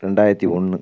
ரெண்டாயிரத்தி ஒன்று